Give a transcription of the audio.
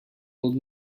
old